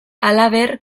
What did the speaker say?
halaber